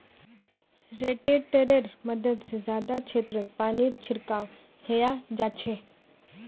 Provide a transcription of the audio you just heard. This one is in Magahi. रोटेटरैर मदद से जादा क्षेत्रत पानीर छिड़काव हैंय जाच्छे